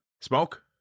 Smoke